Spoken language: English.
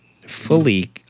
fully